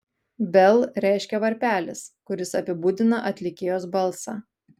bell reiškia varpelis kuris apibūdina atlikėjos balsą